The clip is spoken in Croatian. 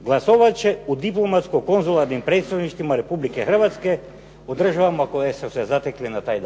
glasovati će u diplomatsko-konzularnim predstavništvima Republike Hrvatske u državama u kojima su se zatekli na taj